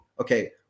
okay